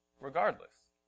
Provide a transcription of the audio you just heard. Regardless